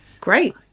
Great